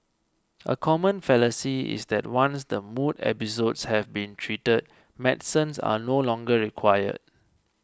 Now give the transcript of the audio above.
a common fallacy is that once the mood episodes have been treated medicines are no longer required